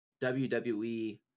WWE